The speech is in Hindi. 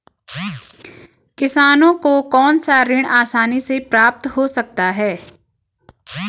किसानों को कौनसा ऋण आसानी से प्राप्त हो सकता है?